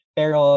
pero